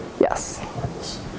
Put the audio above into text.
Yes